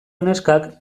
neskak